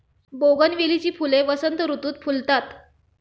बोगनवेलीची फुले वसंत ऋतुत फुलतात